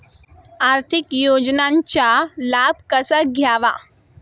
आर्थिक योजनांचा लाभ कसा घ्यावा?